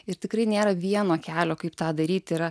ir tikrai nėra vieno kelio kaip tą daryt yra